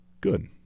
Good